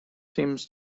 seems